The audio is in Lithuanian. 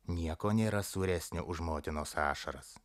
nieko nėra sūresnio už motinos ašaras